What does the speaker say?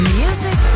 music